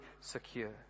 secure